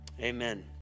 Amen